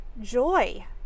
joy